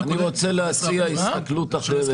אם אפשר, אני רוצה להציע הסתכלות אחרת.